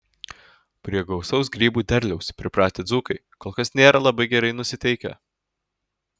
prie gausaus grybų derliaus pripratę dzūkai kol kas nėra labai gerai nusiteikę